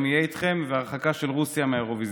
יהיה איתם והרחקה של רוסיה מהאירוויזיון.